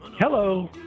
Hello